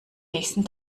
nächsten